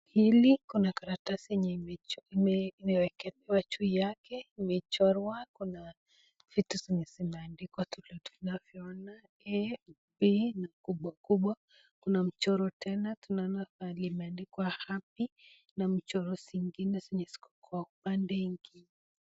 Hili kuna karatasi yenye imewekelewa juu yake, imechorwa, kuna vitu zenye zimeandikwa vile tunavyoona A B na kubwa kubwa .Kuna mchoro tena tunaona pahali imeandikwa happy na michoro zingine zenye ziko kwa upande mwingine.